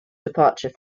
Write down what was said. departure